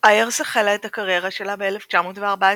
איירס החלה את הקריירה שלה ב-1914,